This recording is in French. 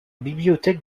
bibliothèque